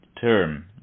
term